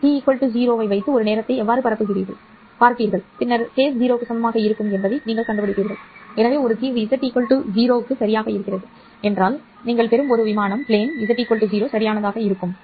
t 0 ஐ வைத்து ஒரு நேரத்தை எவ்வாறு பார்ப்பீர்கள் பின்னர் கட்டம் 0 க்கு சமமாக இருக்கும் என்பதை நீங்கள் கண்டுபிடிப்பீர்கள் எனவே ஒரு தீர்வு z 0 சரியானது நீங்கள் பெறும் ஒரு விமானம் z 0 சரியானதாக இருக்கும் 0